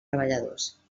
treballadors